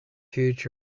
future